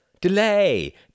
Delay